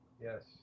Yes